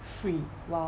free !wow!